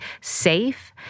safe